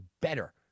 better